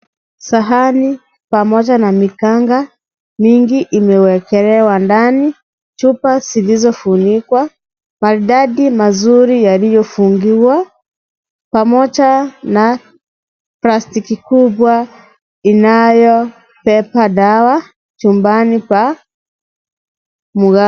Sahani pamoja na mikanga mingi imewekelewa ndani chupa zilizofunikwa maridadi mazuri yaliyofungiwa pamoja na plastiki kubwa inayobeba dawa chumbani pa mganga.